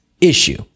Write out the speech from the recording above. issue